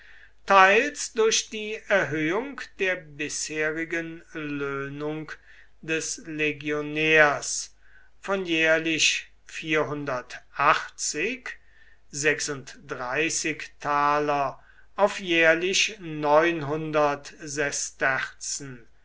teils durch die erhöhung der bisherigen löhnung des legionärs von jährlich auf jährlich